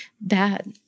bad